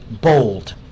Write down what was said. bold